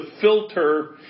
filter